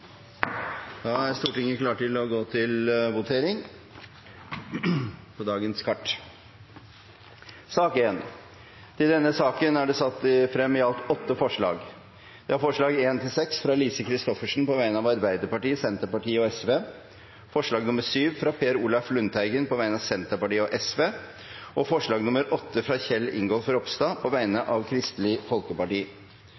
Da er Stortinget klar til å gå til votering. Under debatten er det satt frem i alt åtte forslag. Det er forslagene nr. 1–6, fra Lise Christoffersen på vegne av Arbeiderpartiet, Senterpartiet og Sosialistisk Venstreparti forslag nr. 7, fra Per Olaf Lundteigen på vegne av Senterpartiet og Sosialistisk Venstreparti forslag nr. 8, fra Kjell Ingolf Ropstad på vegne